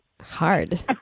Hard